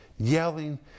Yelling